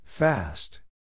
Fast